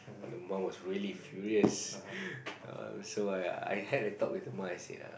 and the mom was really furious err so I I had a talk with the ma I said uh